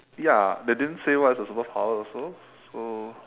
ya they didn't say what is the superpower also so